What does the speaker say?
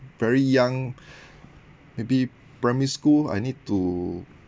very young maybe primary school I need to